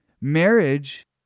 marriage